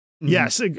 yes